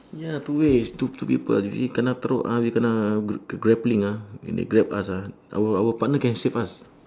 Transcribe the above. ya two ways two two people you see kena throw out you kena gr~ gr~ grappling ah when they grab us ah our our partner can save us